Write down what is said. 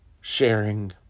sharing